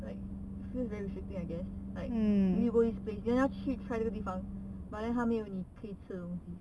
like it feels very restrictive I guess like maybe you go this place then 要去 try 那个地方 but then 它没有你可以吃的东西